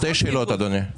שתי שאלות, אדוני.